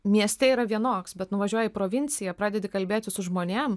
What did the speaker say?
mieste yra vienoks bet nuvažiuoji į provinciją pradedi kalbėti su žmonėm